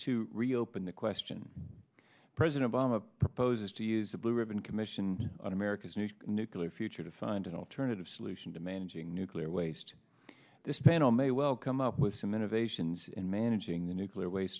to reopen the question president obama proposes to use a blue ribbon commission on america's new nuclear future to find an alternative solution to managing nuclear waste this panel may well come up with some innovations in managing the nuclear waste